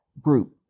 group